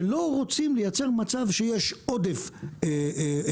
שלא רוצים לייצר מצב שיש עודף אפרוחים,